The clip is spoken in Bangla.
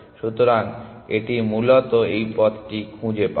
সুতরাং এটি মূলত এই পথটি খুঁজে পাবে